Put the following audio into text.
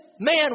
Man